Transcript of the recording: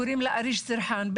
קוראים לה אריג' סרחאן,